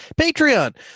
Patreon